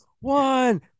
one